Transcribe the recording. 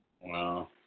Wow